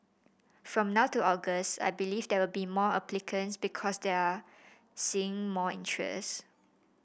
from now to August I believe there will be more applicants because they are seeing more interest